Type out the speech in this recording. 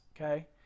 Okay